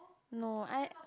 no I